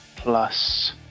plus